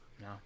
No